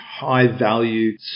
high-value